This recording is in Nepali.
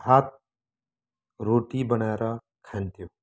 भात रोटी बनाएर खान्थ्यो